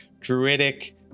druidic